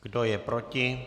Kdo je proti?